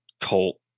cult